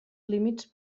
límits